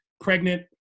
pregnant